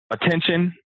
attention